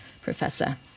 Professor